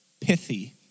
pithy